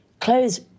clothes